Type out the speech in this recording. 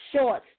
short